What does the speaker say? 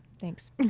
Thanks